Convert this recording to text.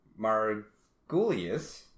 Margulius